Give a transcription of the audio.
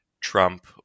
Trump